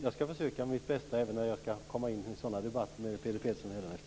Jag skall försöka mitt bästa när jag kommer in i sådana debatter med Peter Pedersen hädanefter.